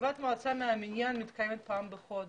ישיבת מועצה מן המניין מתקיימת פעם בחודש.